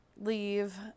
leave